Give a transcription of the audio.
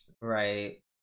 Right